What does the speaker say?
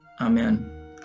Amen